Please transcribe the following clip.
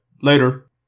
later